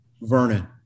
Vernon